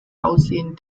aussehen